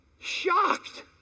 Shocked